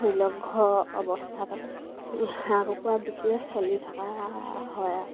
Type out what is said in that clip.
ধৰি লওক ঘৰৰ অৱস্থা পাতি হাঁহ কুকুৰা বিকিয়ে চলি থকা হয় আৰু